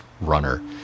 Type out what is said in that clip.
runner